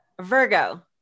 Virgo